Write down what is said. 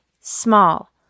small